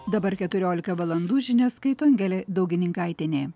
dabar keturiolika valandų žinias skaito angelė daugininkaitienė